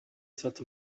set